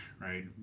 right